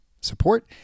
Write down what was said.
support